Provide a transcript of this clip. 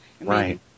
Right